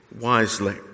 wisely